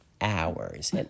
hours